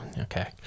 Okay